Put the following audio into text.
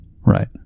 Right